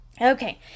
Okay